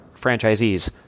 franchisees